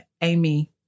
amy